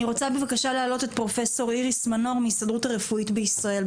אני רוצה בבקשה להעלות את פרופ' איריס מנור מההסתדרות הרפואית בישראל,